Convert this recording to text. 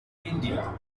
india